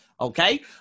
Okay